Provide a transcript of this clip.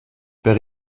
per